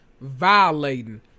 violating